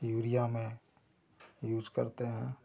urea में use करते हैं